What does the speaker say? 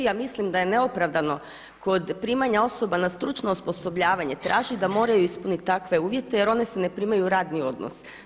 Ja mislim da je neopravdano kod primanja osoba na stručno osposobljavanje tražiti da moraju ispuniti takve uvjete jer one se ne primaju u radni odnos.